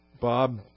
Bob